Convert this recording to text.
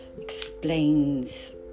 explains